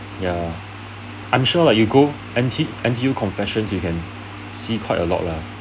ya I'm sure like N_T N_T_U confession you can see quite a lot lah